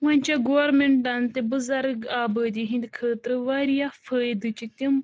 وۄنۍ چھِ گورمنٹَن تہِ بُزَرگ آبٲدی ہٕنٛدِ خٲطرٕ واریاہ فٲیدٕ چہِ تِم